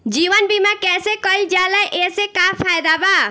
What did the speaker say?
जीवन बीमा कैसे कईल जाला एसे का फायदा बा?